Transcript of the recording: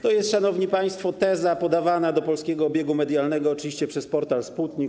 To jest, szanowni państwo, teza podawana do polskiego obiegu medialnego oczywiście przez portal Sputnik.